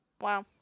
Wow